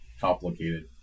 complicated